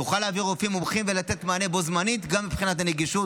תוכל להביא רופאים מומחים ולתת מענה בו זמנית גם מבחינת הנגישות.